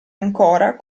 ancora